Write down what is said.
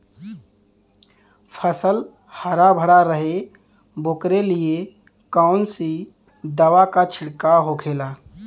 फसल हरा भरा रहे वोकरे लिए कौन सी दवा का छिड़काव होखेला?